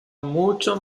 mucho